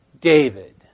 David